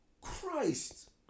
Christ